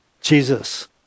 Jesus